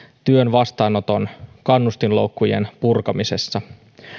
työn vastaanottamisen kannustinloukkujen purkamisessa